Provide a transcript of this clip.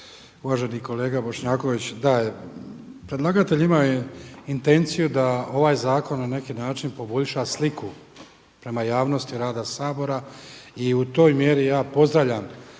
Uvaženi kolega Bošnjaković. Da, predlagatelj ima intenciju da ovaj zakon na neki način poboljša sliku prema javnosti rada Sabora i u toj mjeri ja pozdravljam